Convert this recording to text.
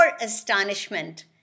astonishment